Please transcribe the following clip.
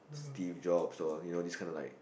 Steve-Jobs or you know these kind of like